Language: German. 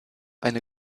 eine